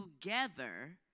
together